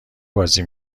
بازی